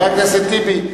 חבר הכנסת טיבי,